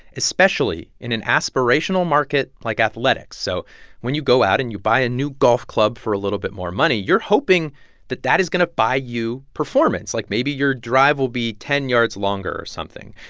especially in an aspirational market like athletics. so when you go out and you buy a new golf club for a little bit more money, you're hoping that that is going to buy you performance. like, maybe your drive will be ten yards longer or something.